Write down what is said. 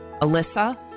Alyssa